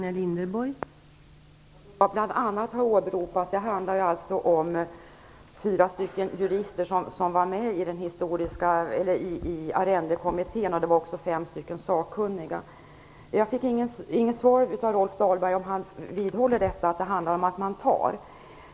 Fru talman! Rolf Dahlberg säger att jag har åberopat vissa experter. Det handlar om fyra jurister från Arrendekommittén. Det var också fem sakkunniga. Jag fick inget svar av Rolf Dahlberg på frågan om han vidhåller att det handlar om att man tar.